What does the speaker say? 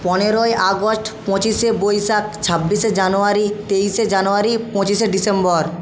পনেরোই আগস্ট পঁচিশে বৈশাখ ছাব্বিশে জানুয়ারি তেইশে জানুয়ারি পঁচিশে ডিসেম্বর